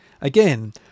Again